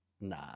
nah